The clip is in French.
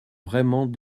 vraiment